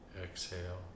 Exhale